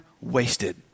wasted